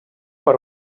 per